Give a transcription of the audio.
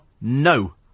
no